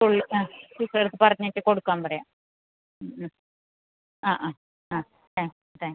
full ആ ടീച്ചറെടുത്ത് പറഞ്ഞിട്ട് കൊടുക്കാൻ പറയാം ഉം ഉം ആ ആ ആ താങ്ക്സ് താങ്ക്സ്